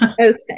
Okay